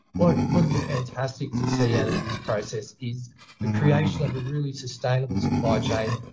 what would it be fantastic to see out of these process is the creation of a really sustainable supply chain.